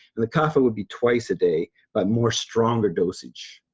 the kapha would be twice a day but more stronger dosage.